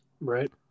right